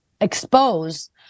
expose